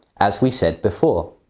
as we said before.